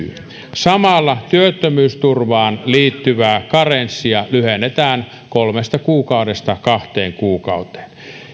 samalla työttömyysturvaan liittyvää karenssia lyhennetään kolmesta kuukaudesta kahteen kuukauteen